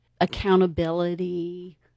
accountability